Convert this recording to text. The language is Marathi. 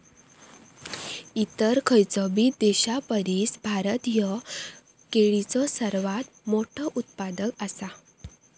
इतर खयचोबी देशापरिस भारत ह्यो केळीचो सर्वात मोठा उत्पादक आसा